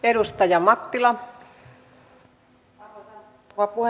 arvoisa rouva puhemies